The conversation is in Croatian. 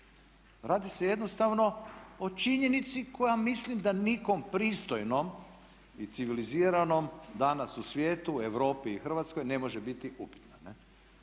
radi se jednostavno o činjenici koja mislim da nikom pristojnom i civiliziranom danas u svijetu, Europi i Hrvatskoj ne može biti upitna